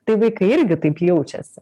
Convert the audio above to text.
tai vaikai irgi taip jaučiasi